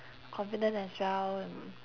confident as well and